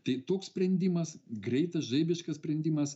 tai toks sprendimas greitas žaibiškas sprendimas